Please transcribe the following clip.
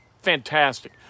Fantastic